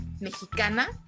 mexicana